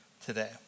today